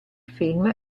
film